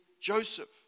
Joseph